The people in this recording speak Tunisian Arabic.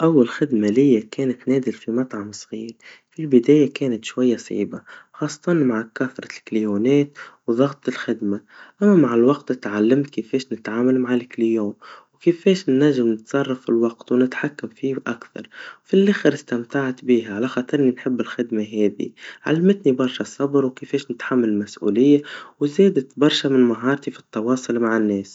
أول خدا ليا كانت نادل في مطعم صغير, في البدايا كانت شويا صعيبا, وخاصة مع كثرة الزبائن وضغط الخدما, أما مع الوقت تعلمت كيفاش نتعامل مع الزبون, وكيفاش ننجم نتصرف في الوقت, ونتحكم فيه أكثر, وفالآخر استمتعت بيها, على خاطرني نحب الخدما هذي, علمتني برشا الصبر, وكيفاش نتحمل المسؤوليا, وزادت برشا ن مهارتي في التواصل مع الناس.